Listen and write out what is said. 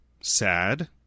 sad